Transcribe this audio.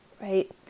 right